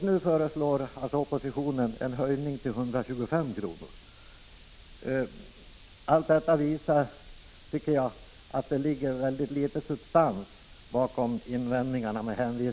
Nu föreslår oppositionen en höjning till 125 kr. Allt detta visar, tycker jag, att det med hänvisning till avtalet finns mycket litet substans bakom invändningarna. Herr